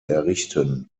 errichten